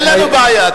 אין לנו בעיה.